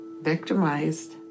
victimized